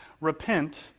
repent